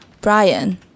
Brian